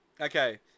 Okay